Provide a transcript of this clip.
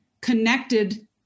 connected